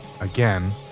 again